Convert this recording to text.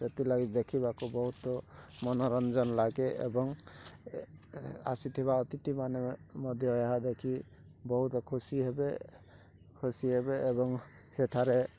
ସେଥିଲାଗି ଦେଖିବାକୁ ବହୁତ ମନୋରଞ୍ଜନ ଲାଗେ ଏବଂ ଆସିଥିବା ଅତିଥିମାନେ ମଧ୍ୟ ଏହା ଦେଖି ବହୁତ ଖୁସି ହେବେ ଖୁସି ହେବେ ଏବଂ ସେଠାରେ